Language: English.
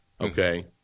Okay